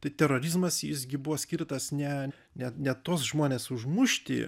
tai terorizmas visgi buvo skirtas ne ne ne tuos žmones užmušti